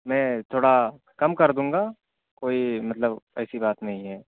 میں تھوڑا کم کر دوں گا کوئی مطلب ایسی بات نہیں ہے